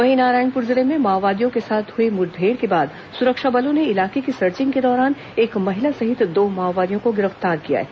वहीं नारायणपुर जिले में माओवादियों के साथ हुई मुठभेड़ के बाद सुरक्षा बलों ने इलाके की सर्चिंग के दौरान एक महिला सहित दो माओवादियों को गिरफ्तार किया है